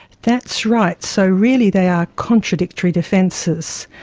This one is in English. that's right, so really they are contradictory defences.